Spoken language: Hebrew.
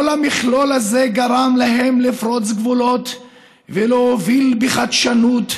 כל המכלול הזה גרם להם לפרוץ גבולות ולהוביל בחדשנות.